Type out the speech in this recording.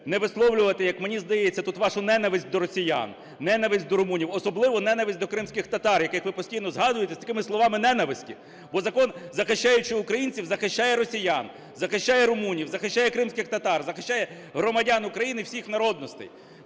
не висловлювати, як мені здається, тут вашу ненависть до росіян, ненависть до румунів, особливо ненависть до кримських татар, яких ви постійно згадуєте з такими словами ненависті. Бо закон, захищаючи українців, захищає росіян, захищає румунів, захищає кримських татар, захищає громадян України всіх народностей.